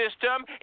system